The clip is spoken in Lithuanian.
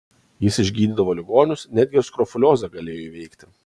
jis išgydydavo ligonius netgi ir skrofuliozę galėjo įveikti